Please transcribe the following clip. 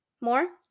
More